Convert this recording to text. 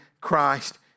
Christ